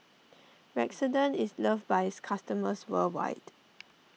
Redoxon is loved by its customers worldwide